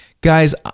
Guys